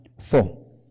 four